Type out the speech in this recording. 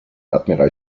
admiral